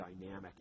dynamic